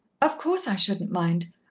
of course, i shouldn't mind.